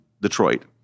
Detroit